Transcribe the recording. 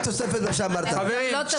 חברים,